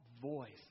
voice